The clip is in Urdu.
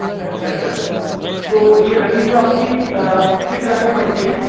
اچھا سر تو یہ زمین جو آپ کی کس علاقے میں پڑتی ہے